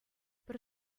пӗр